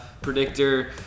predictor